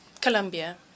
Colombia